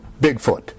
Bigfoot